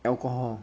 alcohol